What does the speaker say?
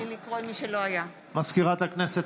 מזכירת הכנסת,